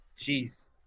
Jeez